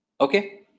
Okay